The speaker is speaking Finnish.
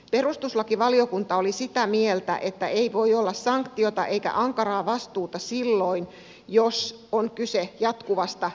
perustuslakivaliokunta oli sitä mieltä että ei voi olla sanktiota eikä ankaraa vastuuta silloin jos on kyse jatkuvasta selvitysvelvollisuudesta